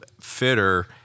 fitter